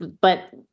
but-